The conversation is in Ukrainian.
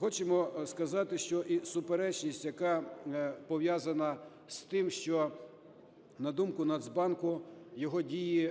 Хочемо сказати, що і суперечність, яка пов'язана з тим, що, на думку Нацбанку, його дії